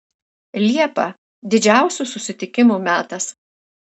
liepa didžiausių susitikimų metas